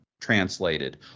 translated